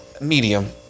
Medium